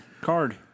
card